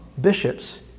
bishops